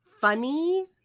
funny